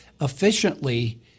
efficiently